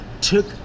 took